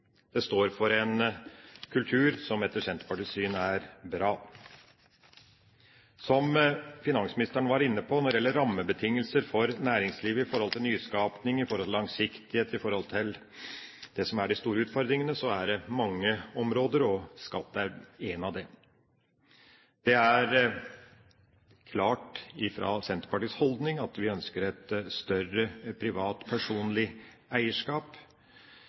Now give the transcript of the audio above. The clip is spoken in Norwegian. De står for en kultur som etter Senterpartiets syn er bra. Når det gjelder rammebetingelser for næringslivet, som finansministeren var inne på, i forhold til nyskaping, i forhold til langsiktighet, i forhold til de store utfordringene, er det mange områder, og skatt er ett av dem. Det er Senterpartiets klare holdning at vi ønsker et større privat, personlig eierskap.